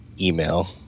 email